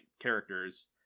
characters